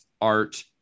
art